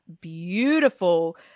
beautiful